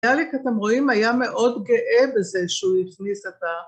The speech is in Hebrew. ביאליק, אתם רואים, היה מאוד גאה בזה שהוא הכניס את ה...